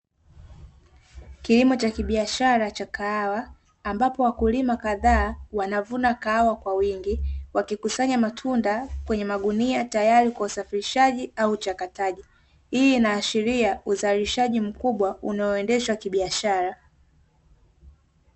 Kilimo cha kibiashara cha kahawa, ambapo wakulima kadhaa wanavuna kahawa kwa wingi, wakikusanya matunda kwenye magunia, tayari kwa usafirishaji au uchakataji, hii inaashiria uzalishaji mkubwa unaoendeshwa kibiashara.